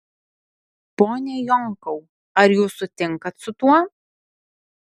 pone jonkau ar jūs sutinkat su tuo